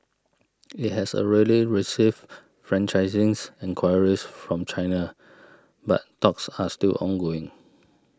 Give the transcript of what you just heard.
it has already received franchising and enquiries from China but talks are still ongoing